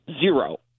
Zero